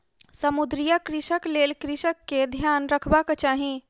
समुद्रीय कृषिक लेल कृषक के ध्यान रखबाक चाही